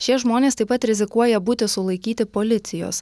šie žmonės taip pat rizikuoja būti sulaikyti policijos